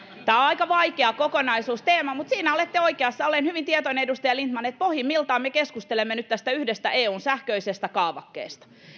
tämä on aika vaikea kokonaisuusteema mutta siinä olette oikeassa että olen hyvin tietoinen edustaja lindtman että pohjimmiltaan me keskustelemme nyt tästä yhdestä eun sähköisestä kaavakkeesta